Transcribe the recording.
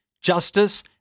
justice